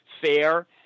fair